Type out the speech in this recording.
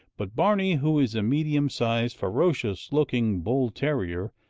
but barney, who is a medium-sized, ferocious-looking bull terrier,